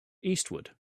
eastward